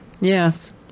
Yes